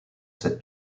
cette